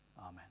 Amen